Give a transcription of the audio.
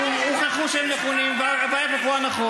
לא כשאתה מתגרה בחייל 24 שעות ואת זה אתה לא מראה,